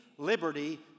liberty